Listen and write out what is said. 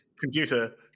Computer